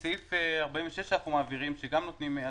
בסעיף 46 שאנחנו מעבירים שגם נותנים בו